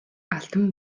алтан